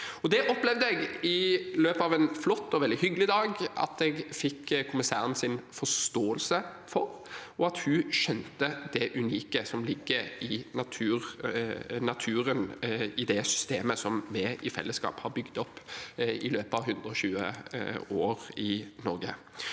Det opplevde jeg i løpet av en flott og veldig hyggelig dag at jeg fikk kommissærens forståelse for, og at hun skjønte det unike som ligger i naturen i det systemet vi i fellesskap har bygd opp i løpet av 120 år i Norge.